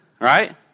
right